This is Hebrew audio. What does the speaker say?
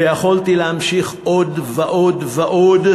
ויכולתי להמשיך עוד ועוד ועוד,